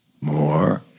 more